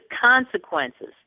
consequences